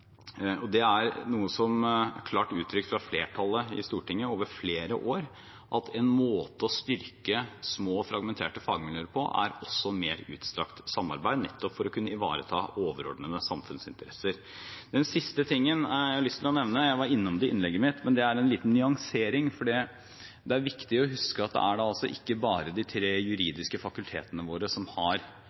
klart uttrykt fra flertallet i Stortinget over flere år at én måte å styrke små, fragmenterte fagmiljøer på også er mer utstrakt samarbeid, nettopp for å kunne ivareta overordnede samfunnsinteresser. Den siste tingen jeg har lyst til å nevne – jeg var innom det i innlegget mitt, men det er en liten nyansering – er at det er viktig å huske at det ikke bare er de tre juridiske fakultetene våre som har